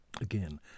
Again